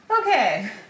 Okay